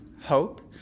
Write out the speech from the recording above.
hope